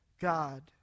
God